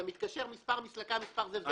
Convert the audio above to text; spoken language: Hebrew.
אתה מתקשר: מספר מסלקה, מספר זה וזה.